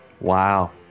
Wow